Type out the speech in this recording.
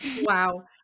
Wow